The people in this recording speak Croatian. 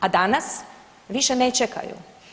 A danas više ne čekaju.